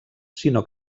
sinó